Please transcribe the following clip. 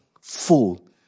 fool